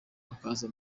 bakaza